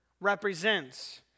represents